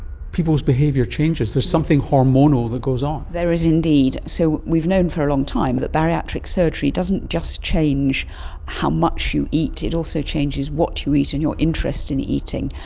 people's behaviour changes, there is something hormonal that goes on. there is indeed. so we've known for a long time that bariatric surgery doesn't just change how much you eat, it also changes what you eat and your interest in eating.